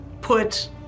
put